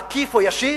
עקיף או ישיר,